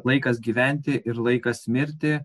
laikas gyventi ir laikas mirti